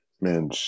Man